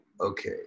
Okay